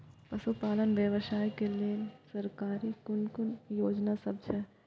पशु पालन व्यवसाय के लेल सरकारी कुन कुन योजना सब छै?